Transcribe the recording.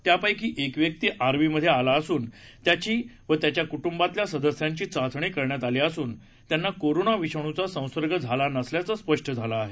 यापैकी एक व्यक्ती आर्वीमध्ये आला असून त्याची व त्याच्या कृटंबांतल्या सदस्यांची चाचणी करण्यात आली असून त्यांना कोरोना विषाणुचा संसर्ग झाला नसल्याचे स्पष्ट झाले आहे